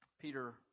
Peter